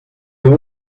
był